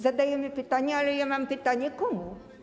Zadajemy pytania, ale ja mam pytanie: Komu?